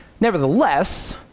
Nevertheless